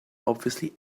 obviously